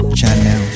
Channel